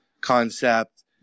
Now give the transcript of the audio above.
concept